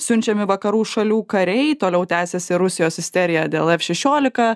siunčiami vakarų šalių kariai toliau tęsiasi rusijos isterija dėl f šešiolika